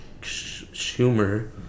Schumer